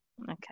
Okay